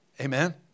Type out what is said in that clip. Amen